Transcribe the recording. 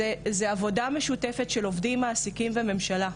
זו עבודה משותפת של עובדים, מעסיקים ומממשלה.